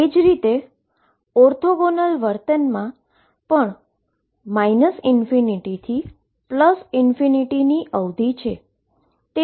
એ જ રીતે ઓર્થોગોનલ વર્તનમાં પણ ∞ થી ∞ લીમીટ છે